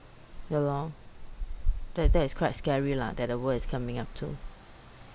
ya lor that that is quite scary lah that the world is coming up to